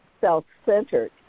self-centered